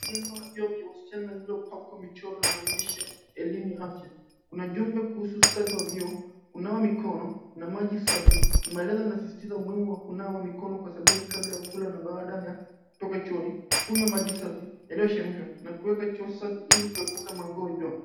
Jengo la vyoo vya wasichana lililopakwa michoro na maandishi ya elimu ya afya. Kuna ujumbe kuhusu usafi wa vyoo ,kunawa mikono na maji safi ni maelezo yanayosisitiza umuhimu wa kunawa mikono kwa sabuni kabla ya kula na baada ya kutoka chooni, kunywa maji safi yaliyochemshwa na kuweka choo safi ili kuepuka magonjwa.